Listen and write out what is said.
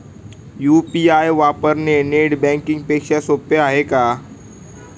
UPI वापरणे net banking पेक्षा सोपे आहे का?